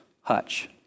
Hutch